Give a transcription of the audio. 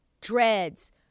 dreads